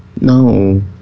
No